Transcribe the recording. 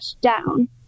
down